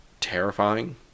terrifying